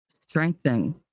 strengthen